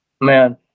man